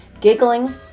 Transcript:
giggling